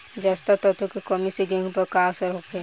जस्ता तत्व के कमी से गेंहू पर का असर होखे?